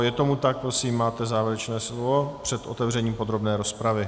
Je tomu tak, prosím, máte závěrečné slovo před otevřením podrobné rozpravy.